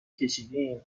کشیدین